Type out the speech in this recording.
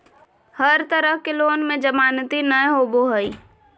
हर तरह के लोन में जमानती नय होबो हइ